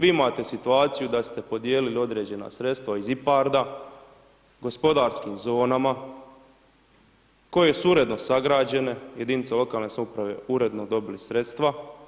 Vi imate situaciju da ste podijelili određena sredstva iz IPARD-a, gospodarskim zonama koje su uredno sagrađene, jedinice lokalne samouprave uredno dobili sredstva.